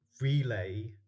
relay